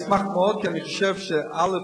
אני אשמח מאוד, כי אני חושב, א.